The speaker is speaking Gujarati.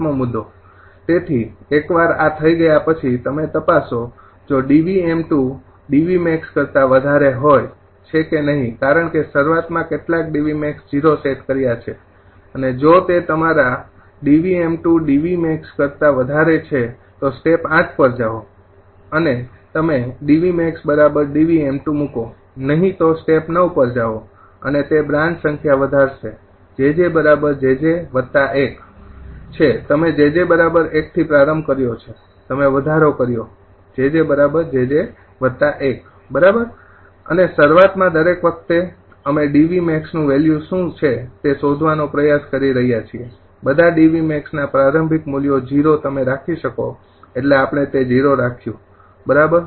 ૭ તેથી એકવાર આ થઈ ગયા પછી તમે તપાસો જો 𝐷𝑉𝑚૨𝐷𝑉𝑀𝐴𝑋 છે કે નહીં કારણ કે શરૂઆત માં આપણે કેટલાક 𝐷𝑉𝑀𝐴𝑋0 સેટ કર્યા છે જો તે તમારા 𝐷𝑉𝑚૨𝐷𝑉𝑀𝐴𝑋 છે તો સ્ટેપ ૮ પર જાઓ તમે 𝐷𝑉𝑀𝐴𝑋𝐷𝑉𝑚2 મુકો નહીં તો સ્ટેપ ૯ પર જાઓ અને તે બ્રાન્ચ સંખ્યા વધારશે 𝑗𝑗 𝑗𝑗 ૧ છે તમે 𝑗𝑗 ૧ થી પ્રારંભ કર્યો છે તમે વધારો કર્યો 𝑗𝑗 𝑗𝑗 ૧ બરાબર અને શરૂઆત માં દરેક વખતે અમે DVMAX નું મૂલ્ય શું છે તે શોધવાનો પ્રયાસ કરી રહ્યાં છીએ બધા DVMAX ના પ્રારંભિક મૂલ્યો ૦ તમે રાખી શકો એટલે આપણે તે ૦ રાખ્યું બરાબર